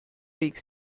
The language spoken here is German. weg